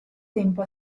tempo